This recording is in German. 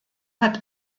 hat